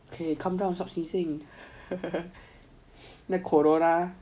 calm down stop sneezing 那个 corona